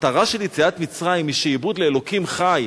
המטרה של יציאת מצרים היא שעבוד לאלוקים חי,